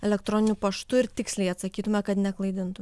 elektroniniu paštu ir tiksliai atsakytume kad neklaidintum